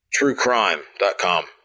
Truecrime.com